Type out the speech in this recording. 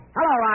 Hello